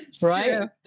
Right